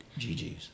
GGs